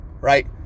right